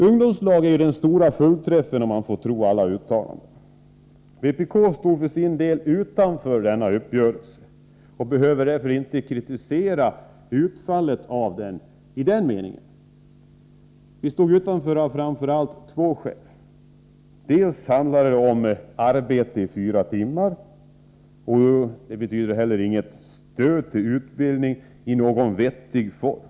Ungdomslagen är ju den stora fullträffen, om man får tro alla uttalanden. Vpk står för sin del utanför denna uppgörelse och behöver därför inte kritisera utfallet av den i den meningen. Vi stod utanför av framför allt två skäl. För det första handlade det om arbete i fyra timmar och innebar inget stöd till utbildning i någon vettig form.